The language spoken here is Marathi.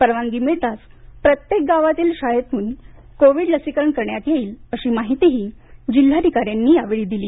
परवानगी मिळताच प्रत्येक गावातील शाळेमधून कोविड लसीकरण करण्यात येईल अशी माहितीही जिल्हाधिकाऱ्यांनी यावेळी दिली